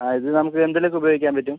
ആ ഇത് നമക്ക് എന്തിന് ഒക്കെ ഉപയോഗിക്കാൻ പറ്റും